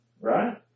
Right